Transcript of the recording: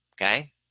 okay